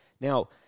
Now